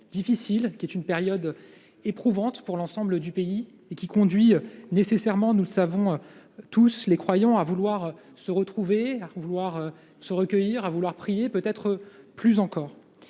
difficile et éprouvante pour l'ensemble du pays, et qui conduit nécessairement les croyants à vouloir se retrouver, à vouloir se recueillir, à vouloir prier peut-être plus encore.